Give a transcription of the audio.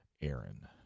Aaron